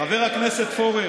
חבר הכנסת פורר,